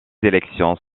élections